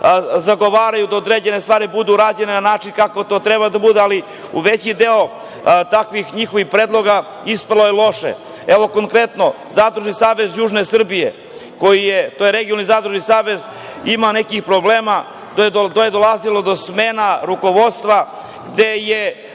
zagovaraju da određene stvari budu urađene na način kako to treba da bude, ali veći deo takvih njihovih predloga ispali su loši. Konkretno, Zadružni savez južne Srbije, to je regionalni zadružni savez, ima nekih problema, gde je dolazilo do smene rukovodstva. Sekretar